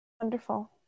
Wonderful